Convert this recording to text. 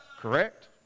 correct